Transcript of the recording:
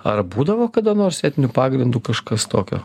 ar būdavo kada nors etniniu pagrindu kažkas tokio